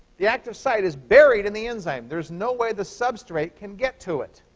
the active site is buried in the enzyme. there's no way the substrate can get to it.